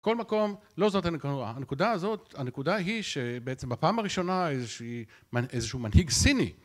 כל מקום, לא זאת הנקודה. הנקודה היא שבעצם בפעם הראשונה איזה שהוא מנהיג סיני